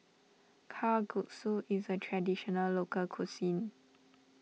Kalguksu is a Traditional Local Cuisine